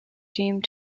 doomed